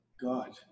God